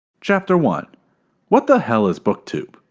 chapter one what the hell is booktube?